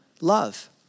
love